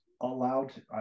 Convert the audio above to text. allowed